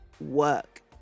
work